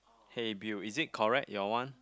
hey Bill is it correct your one